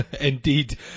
Indeed